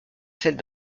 celle